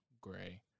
gray